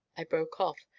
i broke off,